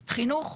חינוך,